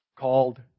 called